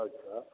अच्छा